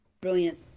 brilliant